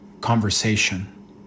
conversation